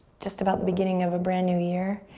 just about the beginning of a brand new year,